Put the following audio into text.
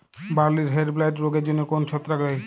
বার্লির হেডব্লাইট রোগের জন্য কোন ছত্রাক দায়ী?